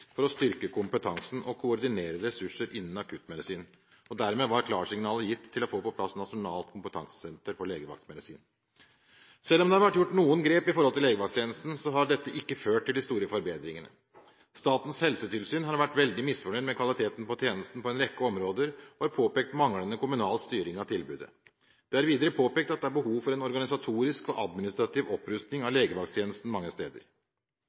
for å styrke kompetansen og koordinere ressurser innen akuttmedisin. Dermed var klarsignalet gitt til å få på plass Nasjonalt kompetansesenter for legevaktmedisin. Selv om det har vært gjort noen grep når det gjelder legevakttjenesten, har ikke det ført til de store forbedringene. Statens helsetilsyn har vært veldig misfornøyd med kvaliteten på tjenesten på en rekke områder og har påpekt manglende kommunal styring av tilbudet. De har videre påpekt at det er behov for en organisatorisk og administrativ opprustning av legevakttjenesten mange steder.